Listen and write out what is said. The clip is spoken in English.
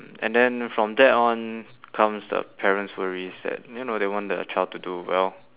and then from then on comes the parents worries that you know they want their child to do well